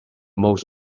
most